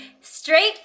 straight